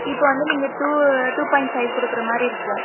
இப்போ வந்து நீங்கள் டூ டூ பாயிண்ட் ஃபைவ் கொடுக்கற மாதிரி இருக்கும்